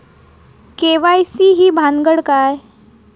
KYC ही भानगड काय?